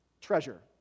Treasure